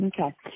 Okay